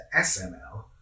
SML